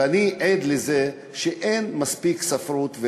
ואני עד לזה שאין מספיק ספרות,